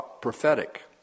prophetic